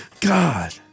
God